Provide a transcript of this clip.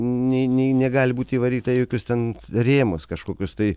nei nei negali būti įvaryta į jokius ten rėmus kažkokius tai